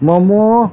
momo